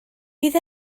bydd